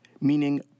meaning